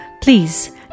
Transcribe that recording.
Please